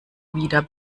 wieder